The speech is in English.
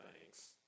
thanks